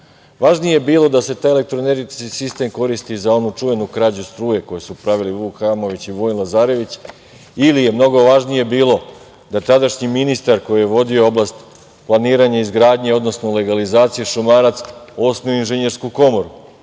sistemu. Važnije je bilo da se taj elektroenergetski sistem koristi za onu čuvenu krađu struje koje su pravili Vuk Hamović i Vojin Lazarević, ili je mnogo važnije bilo da tadašnji ministar koji je vodio oblast planiranje izgradnje, odnosno legalizacije Šumarac, osnuje Inženjersku komoru. Nije